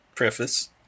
Preface